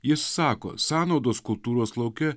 jis sako sąnaudos kultūros lauke